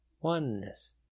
oneness